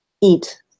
eat